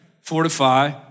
fortify